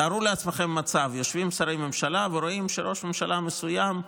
תארו לעצמכם מצב: יושבים שרי ממשלה ורואים שראש ממשלה מסוים,